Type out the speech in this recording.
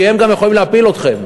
כי הם גם יכולים להפיל אתכם.